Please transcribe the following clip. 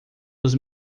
dos